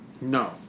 No